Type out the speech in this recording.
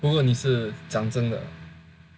不过你是讲真的